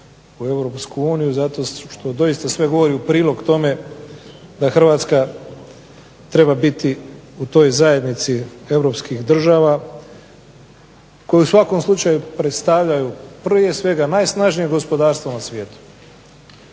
uniju zato što doista sve govori u prilog tome da Hrvatska treba biti u toj zajednici Europskih država koje u svakom slučaju predstavljaju prije svega najsnažnije gospodarstvo na svijetu,